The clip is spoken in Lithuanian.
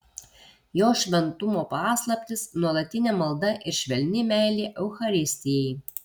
jo šventumo paslaptys nuolatinė malda ir švelni meilė eucharistijai